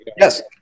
Yes